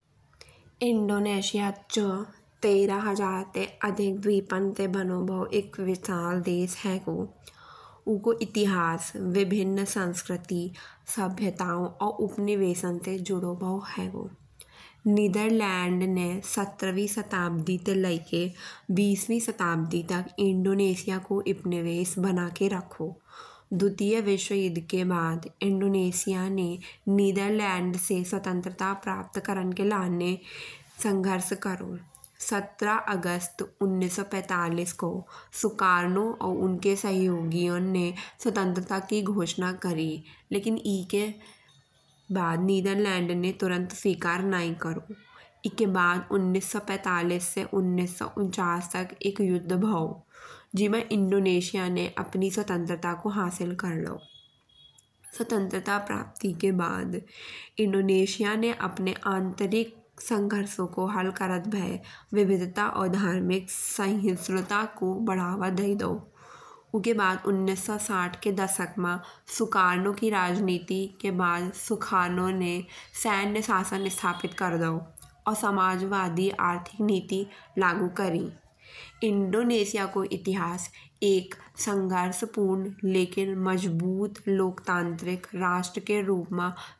इण्डोनेशिया जो तेहरे हजार ते अधिक देशन ते बानो भाव एक विशाल देश हेगो। उको इतिहास विभिन्न संस्क्रति सभ्यताओं और उपनिवेशन से जुड़ो भाव हेगो। नीदरलैंड ने सत्रहवीं शताब्दी से लेइके बीसवीं शताब्दी तक इण्डोनेशिया को उपनिवेश बना के रखो। दुतिय्र विश्वयुद्ध के बाद इण्डोनेशिया ने नीदरलैंड से स्वतंत्रता प्राप्त करन के लाने संघर्ष करो। सत्रह अगस्त उन्नीस सौ पैंतालीस को सुकर्णो और उनके सहयोगियों ने स्वतंत्रता की घोषणा करी। लेकिन एके बाद नीदरलैंड ने तुरन्त स्वीकार नई करो। एके बाद उन्नीस सौ पैंतालीस से उन्नीस सौ उन्चास तक एक्क युद्ध भाव जिससे इण्डोनेशिया ने अपनी स्वतंत्रता को हासिल कर लाओ। स्वतंत्रता प्राप्ति के बाद इण्डोनेशिया ने अपने आन्तरिक संघर्षो को हल करत भाये विविधता और धार्मिक सहिष्णुता को बढ़ावा दे दाओ। उके बाद उन्नीस सौ साठ के दशक मा सुकर्णो की राजनीति बाद सुकर्णो ने सैन्य शासन स्थापित कर दाओ। और समाजवादी आर्थिक नीति लागू करी। इण्डोनेशिया को इतिहास एक संघर्षपूर्ण लेकिन मजबूत लोकतांत्रिक राष्ट्र के रूप मा विकसित होने की बहुत ही अच्छी एक कहानी हेगी।